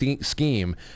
scheme